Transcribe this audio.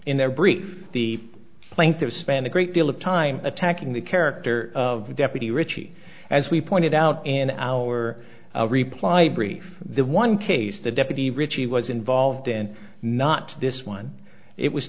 in their brief the plaintiffs spend a great deal of time attacking the character of deputy richie as we pointed out in our reply brief the one case the deputy richie was involved in not this one it was